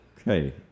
Okay